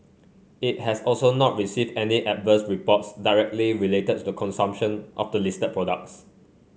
it has also not received any adverse reports directly related to consumption of the listed products